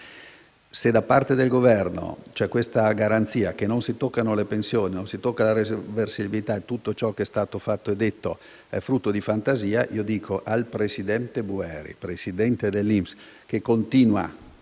se da parte del Governo c'è la garanzia che non si toccano le pensioni, non si tocca la reversibilità e tutto ciò che è stato fatto e detto è frutto di fantasia, allora davanti al presidente dell'INPS Boeri che continua